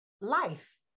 life